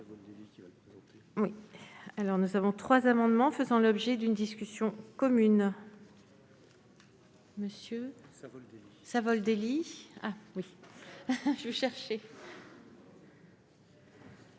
suis saisie de trois amendements faisant l'objet d'une discussion commune.